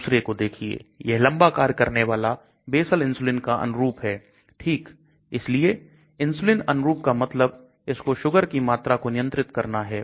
दूसरे को देखिए यह लंबा कार्य करने वाला basal इंसुलिन का अनुरूप है ठीक इसलिए इंसुलिन अनुरूप का मतलब इसको शुगर की मात्रा को नियंत्रित करना है